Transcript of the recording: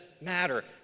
matter